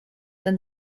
than